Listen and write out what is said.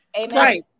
Amen